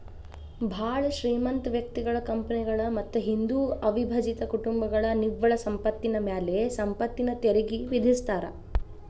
ಭಾಳ್ ಶ್ರೇಮಂತ ವ್ಯಕ್ತಿಗಳ ಕಂಪನಿಗಳ ಮತ್ತ ಹಿಂದೂ ಅವಿಭಜಿತ ಕುಟುಂಬಗಳ ನಿವ್ವಳ ಸಂಪತ್ತಿನ ಮ್ಯಾಲೆ ಸಂಪತ್ತಿನ ತೆರಿಗಿ ವಿಧಿಸ್ತಾರಾ